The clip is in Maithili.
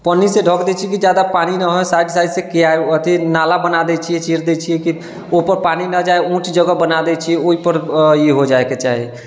पन्नी से ढक दै छी कि जादा पानि न हो साइड साइड से क्यारी नाला बना दै छिऐ चिर दै छिऐ कि ओहिपर पानी नऽ जाए ऊँच जगह बना दै छिऐ ओहिपर ई हो जाएके चाही